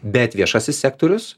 bet viešasis sektorius